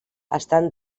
estan